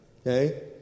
Okay